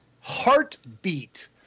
heartbeat